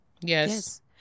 Yes